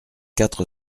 quatre